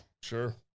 Sure